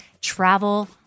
travel